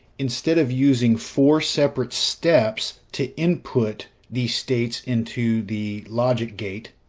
instead of using four separate steps to input these states into the logic gate,